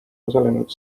osalenud